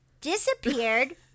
disappeared